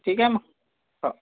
ठीक आहे मग हो